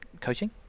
coaching